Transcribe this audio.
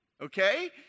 okay